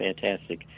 fantastic